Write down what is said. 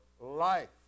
life